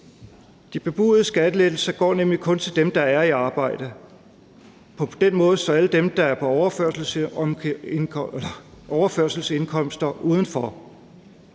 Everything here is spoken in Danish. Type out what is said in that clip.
De bebudede skattelettelser går nemlig kun til dem, der er i arbejde. På den måde er alle dem, der er på overførselsindkomster, udenfor.